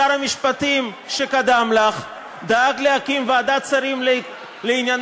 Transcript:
שר המשפטים שקדם לך דאג להקים ועדת שרים לענייני